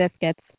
biscuits